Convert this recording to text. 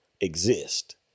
exist